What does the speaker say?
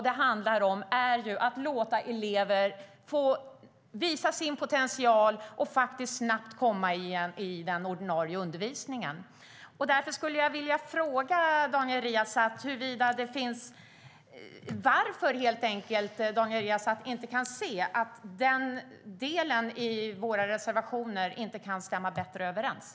Det handlar om att låta elever få visa sin potential och snabbt komma in i ordinarie undervisning.